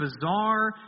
bizarre